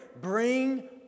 Bring